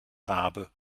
rabe